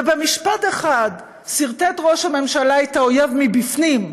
ובמשפט אחד סרטט ראש הממשלה את האויב מבפנים,